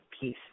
peace